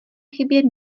chybět